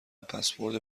پسورد